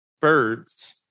birds